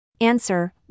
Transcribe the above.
Answer